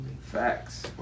Facts